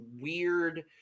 weird